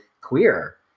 queer